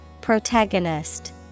Protagonist